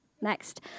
Next